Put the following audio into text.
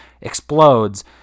explodes